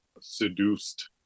seduced